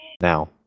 Now